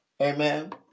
Amen